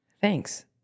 Thanks